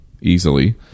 easily